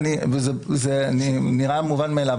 וזה נראה מובן מאליו,